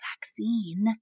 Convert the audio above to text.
vaccine